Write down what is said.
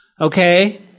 okay